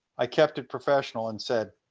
i kept it professional and said,